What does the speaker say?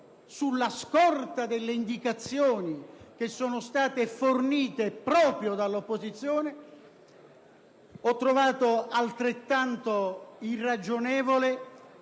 Sulla scorta poi delle indicazioni fornite proprio dall'opposizione, ho trovato altrettanto irragionevole